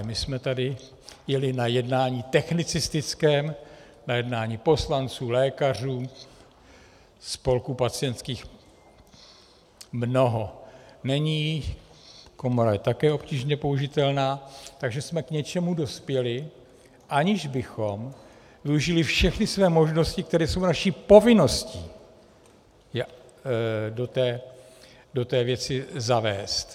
My jsme tady jeli na jednání technicistickém, na jednání poslanců, lékařů, spolků pacientských mnoho není, komora je také obtížně použitelná, takže jsme k něčemu dospěli, aniž bychom využili všechny své možnosti, které jsou naší povinností do té věci zavést.